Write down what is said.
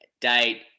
date